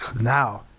Now